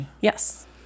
Yes